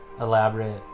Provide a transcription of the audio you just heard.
elaborate